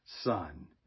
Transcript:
son